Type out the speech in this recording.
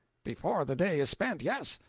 before the day is spent yes.